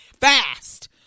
fast